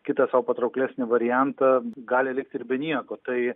kitą sau patrauklesnį variantą gali likti ir be nieko tai